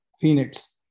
Phoenix